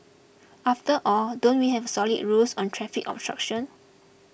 after all don't we have solid rules on traffic obstruction